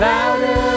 Louder